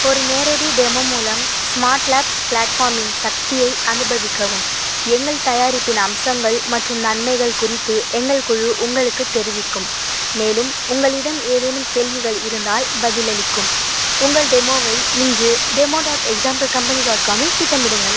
ஒரு நேரடி டெமோ மூலம் ஸ்மார்ட் லேப்ஸ் ப்ளாட்ஃபார்மின் சக்தியை அனுபவிக்கவும் எங்கள் தயாரிப்பின் அம்சங்கள் மற்றும் நன்மைகள் குறித்து எங்கள் குழு உங்களுக்குத் தெரிவிக்கும் மேலும் உங்களிடம் ஏதேனும் கேள்விகள் இருந்தால் பதிலளிக்கும் உங்கள் டெமோவை இன்று demo dot example company dot காமில் திட்டமிடுங்கள்